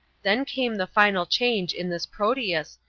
then came the final change in this proteus,